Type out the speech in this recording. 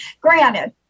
Granted